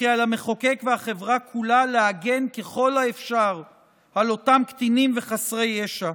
וכי על המחוקק ועל החברה כולה להגן ככל האפשר על אותם קטינים וחסרי ישע.